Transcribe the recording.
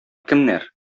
кемнәр